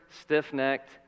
stiff-necked